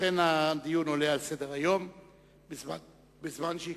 לכן הדיון עולה לסדר-היום בזמן שייקבע.